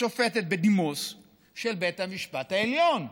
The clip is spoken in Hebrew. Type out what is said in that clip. השופטת בדימוס של בית המשפט העליון.